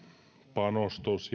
panostus